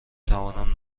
توانم